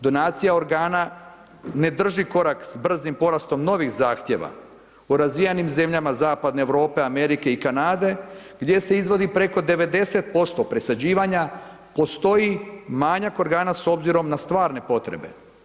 Donacija organa ne drži korak s brzim porastom novih zahtjeva u razvijenim zemljama Zapadne Europe, Amerike i Kanade gdje se izvodi preko 90% presađivanja postoji manjak organa s obzirom na stvarne potrebe.